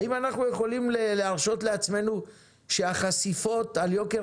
האם אנחנו יכולים להרשות לעצמנו שהחשיפות על יוקר